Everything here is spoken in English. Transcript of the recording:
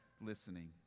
listening